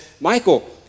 Michael